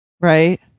right